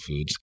Foods